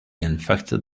infected